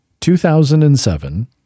2007